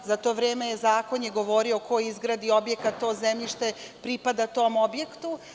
Za to vreme zakon je govorio – ko izgradi objekat, to zemljište pripada tom objektu.